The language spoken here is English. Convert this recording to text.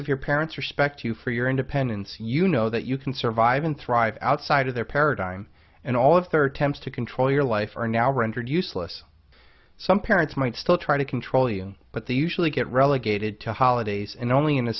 of your parents respect you for your independence you know that you can survive and thrive outside of their paradigm and all of third temps to control your life are now rendered useless some parents might still try to control you but they usually get relegated to holidays and only in